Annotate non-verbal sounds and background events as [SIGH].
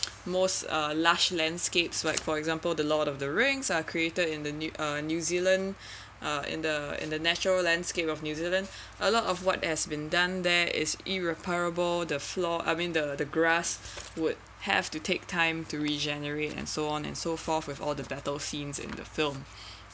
most uh large landscape like for example the lord of the rings are creator in the new uh new zealand [BREATH] uh in the in the natural landscape of new zealand a lot of work has been done there is irreparable the floor I mean the the grass would have to take time to regenerate and so on and so forth with all the battle scenes in the film [BREATH]